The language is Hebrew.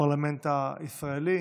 הפרלמנט הישראלי.